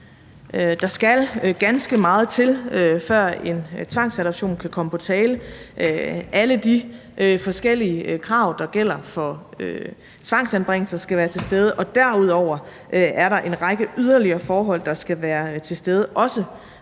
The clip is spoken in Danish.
Der skal ganske meget til, for at en tvangsadoption kan komme på tale. Alle de forskellige krav, der gælder for tvangsanbringelser, skal være til stede, og derudover er der en række yderligere forhold, der skal være til stede, også